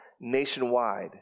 nationwide